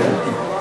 כן.